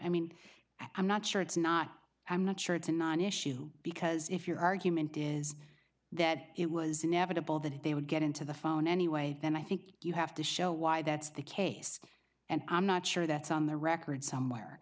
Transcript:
i mean i'm not sure it's not i'm not sure it's a non issue because if your argument is that it was inevitable that they would get into the phone anyway then i think you have to show why that's the case and i'm not sure that's on the record somewhere